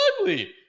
ugly